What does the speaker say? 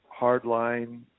hardline